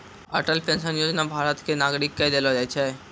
Atal pension Yojana के लाभ भारत के नागरिक क देलो जाय छै